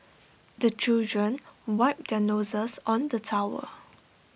the children wipe their noses on the towel